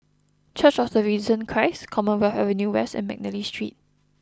church of the Risen Christ Commonwealth Avenue West and McNally Street